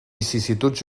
vicissituds